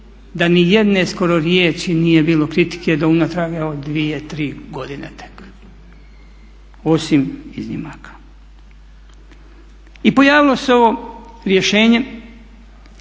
da nijedne skoro riječi nije bilo kritike do unatrag 2, 3 godine tek, osim iznimaka. I pojavilo se ovo rješenje